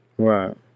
Right